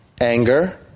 anger